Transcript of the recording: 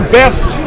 best